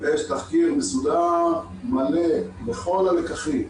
יש תחקיר מסודר, מלא, בכל הלקחים,